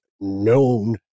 known